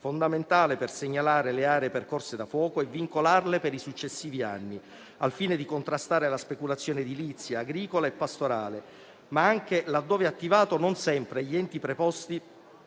fondamentale per segnalare le aree percorse da fuoco e vincolarle per i successivi anni, al fine di contrastare la speculazione edilizia, agricola e pastorale. Anche laddove attivato, non sempre gli enti preposti